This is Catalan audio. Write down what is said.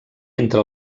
entre